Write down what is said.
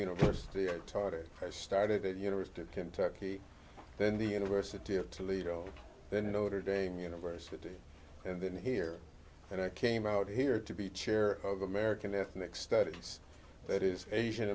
university i taught it i started university of kentucky then the university of toledo then notre dame university and then here and i came out here to be chair of american ethnic studies that is asian